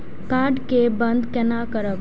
Card के बन्द केना करब?